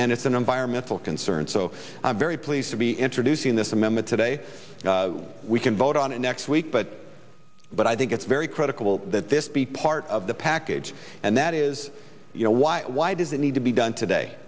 and it's an environmental concern so i'm very pleased to be introducing this amendment today we can vote on it next week but but i think it's very critical that this be part of the package and that is why why does it need to be done today